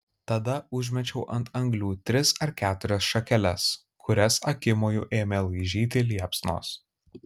tada užmečiau ant anglių tris ar keturias šakeles kurias akimoju ėmė laižyti liepsnos